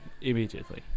immediately